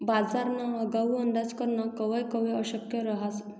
बजारना आगाऊ अंदाज करनं कवय कवय अशक्य रहास